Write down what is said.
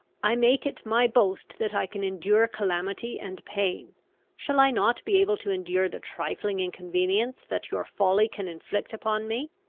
i make it my boast that i can endure calamity and pain shall i not be able to endure the trifling inconvenience that your folly can inflict upon me?